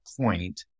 point